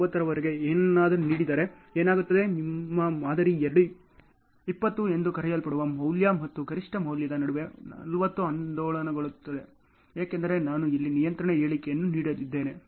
9 ರವರೆಗೆ ಏನನ್ನಾದರೂ ನೀಡಿದರೆ ಏನಾಗುತ್ತದೆ ನಿಮ್ಮ ಮಾದರಿ 20 ಎಂದು ಕರೆಯಲ್ಪಡುವ ಮೌಲ್ಯ ಮತ್ತು ಗರಿಷ್ಠ ಮೌಲ್ಯದ ನಡುವೆ 40 ಆಂದೋಲನಗೊಳ್ಳುತ್ತದೆ ಏಕೆಂದರೆ ನಾನು ಇಲ್ಲಿ ನಿಯಂತ್ರಣ ಹೇಳಿಕೆಯನ್ನು ನೀಡಿದ್ದೇನೆ